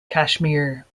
kashmir